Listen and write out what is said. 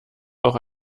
auch